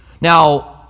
Now